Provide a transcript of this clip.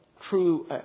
true